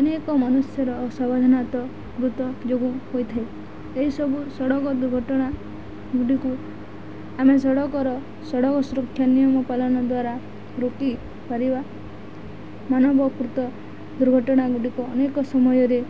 ଅନେକ ମନୁଷ୍ୟର ଅସାବାଧାନତ ଗୃତ ଯୋଗୁଁ ହୋଇଥାଏ ଏହିସବୁ ସଡ଼କ ଦୁର୍ଘଟଣା ଗୁଡ଼ିକୁ ଆମେ ସଡ଼କର ସଡ଼କ ସୁରକ୍ଷା ନିୟମ ପାଳନ ଦ୍ୱାରା ରୋକି ପାରିବା ମାନବକୃତ ଦୁର୍ଘଟଣା ଗୁଡ଼ିକ ଅନେକ ସମୟରେ